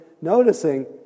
noticing